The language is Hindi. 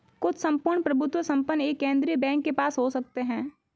कुछ सम्पूर्ण प्रभुत्व संपन्न एक केंद्रीय बैंक के पास हो सकते हैं